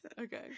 Okay